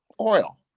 oil